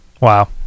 Wow